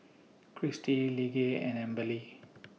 Kristi Lige and Amberly